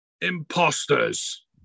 Imposters